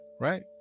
right